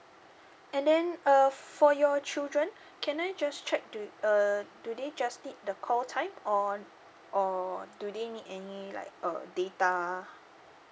and then err for your children can I just check do uh do they just need the call time or or do they need any like uh data